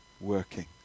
working